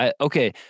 Okay